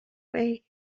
way